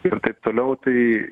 ir taip toliau tai